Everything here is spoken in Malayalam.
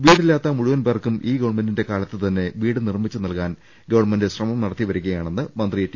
വീടില്ലാത്ത മുഴുവൻ പേർക്കും ഈ ഗവൺമെന്റിന്റെ കാലത്ത് തന്നെ വീട് നിർമിച്ചു നൽകാൻ ഗവൺമെന്റ് ശ്രമം നടത്തി വരിക യാണെന്ന് മന്ത്രി ടി